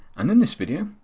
and in this video,